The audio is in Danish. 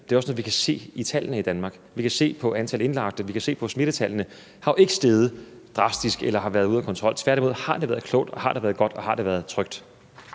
det er også noget, vi kan se i tallene i Danmark. Vi kan se på antallet af indlagte, og vi kan se på smittetallene, at de jo ikke er steget drastisk eller har været ude af kontrol. Tværtimod har det været klogt og været godt og været trygt.